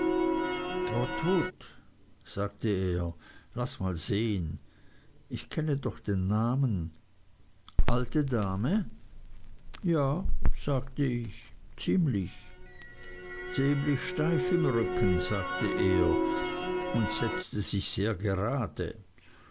sagte er laß mal sehen ich kenne doch den namen alte dame ja sagte ich ziemlich ziemlich steif im rücken sagte er und setzte sich sehr gerade